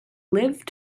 live